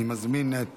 אני מזמין את